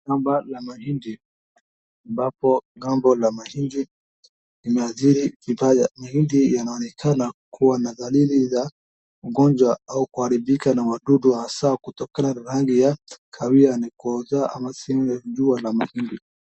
Shamba la mahindi ambapo gambo la mahindi imeajiri vipaa. Mahindi yanaonekana kuwa na dalili ya ugonjwa au huharibika na wadudu, hasaa kutokana na rangi ya kahawia na kuoza ama sile jua la mahindi.